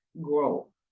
grow